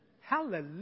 Hallelujah